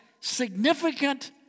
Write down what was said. significant